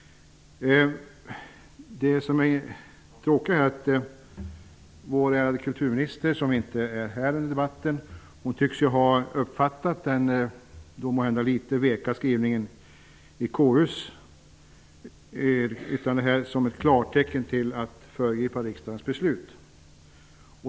Det tråkiga är att vår ärade kulturminister, som inte är i kammaren under denna debatt, tycks ha uppfattat den måhända något veka skrivningen i KU:s yttrande som ett klartecken till att föregripa riksdagens beslut.